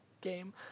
game